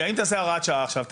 רגע אם תעשה הוראת שעה עכשיו,